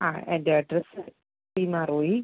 ആ എൻ്റെ അഡ്രസ്സ് ഹിമ റോയി